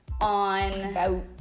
on